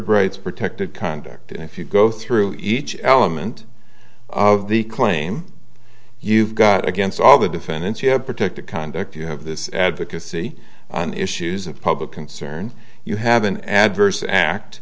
bright's protected conduct and if you go through each element of the claim you've got against all the defendants you have protected conduct you have this advocacy on issues of public concern you have an adverse act